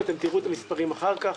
אתם תראו את המספרים אחר כך.